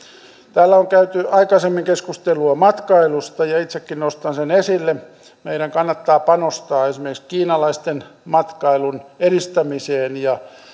täällä on käyty aikaisemmin keskustelua matkailusta ja itsekin nostan sen esille meidän kannattaa panostaa esimerkiksi kiinalaisten matkailun edistämiseen ja